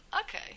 okay